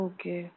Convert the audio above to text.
Okay